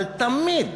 אבל תמיד,